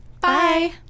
Bye